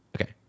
okay